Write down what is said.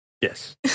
Yes